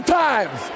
times